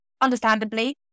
Understandably